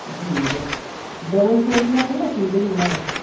ठीक ऐ double storey बनानी जां सिंगल ई बनाना